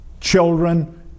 children